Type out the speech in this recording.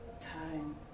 time